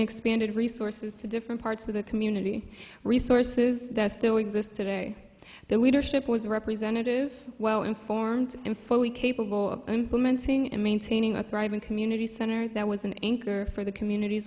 expanded resources to different parts of the community resources that still exist today that we do ship was a representative well informed and fully capable of implementing and maintaining a thriving community center that was an anchor for the communities